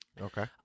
Okay